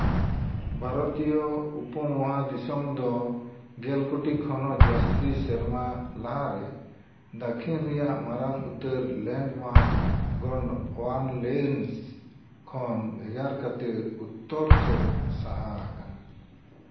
ᱵᱷᱟᱨᱚᱛᱤᱭᱚ ᱩᱯᱚ ᱢᱚᱦᱟ ᱫᱤᱥᱚᱢ ᱫᱚ ᱜᱮᱞ ᱠᱳᱴᱤ ᱠᱷᱚᱱᱦᱚᱸ ᱡᱟᱹᱥᱛᱤ ᱥᱮᱨᱢᱟ ᱞᱟᱦᱟᱨᱮ ᱫᱚᱠᱠᱷᱤᱱ ᱨᱮᱭᱟᱜ ᱢᱟᱨᱟᱝ ᱩᱛᱟᱹᱨ ᱞᱮᱱᱰᱢᱟᱥ ᱜᱚᱱᱰᱚᱣᱟᱱᱞᱮᱱᱥ ᱠᱷᱚᱱ ᱵᱷᱮᱜᱟᱨ ᱠᱟᱛᱮᱫ ᱩᱛᱛᱚᱨ ᱥᱮᱫ ᱥᱟᱦᱟ ᱟᱠᱟᱱᱟ